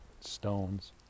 stones